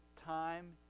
time